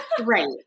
right